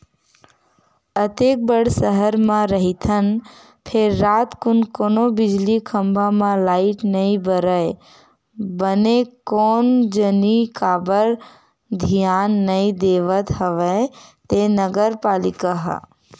अतेक बड़ सहर म रहिथन फेर रातकुन कोनो बिजली खंभा म लाइट नइ बरय बने कोन जनी काबर धियान नइ देवत हवय ते नगर पालिका ह